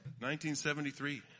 1973